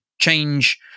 change